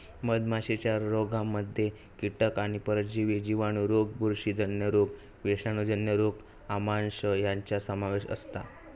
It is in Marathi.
मधमाशीच्या रोगांमध्ये कीटक आणि परजीवी जिवाणू रोग बुरशीजन्य रोग विषाणूजन्य रोग आमांश यांचो समावेश असता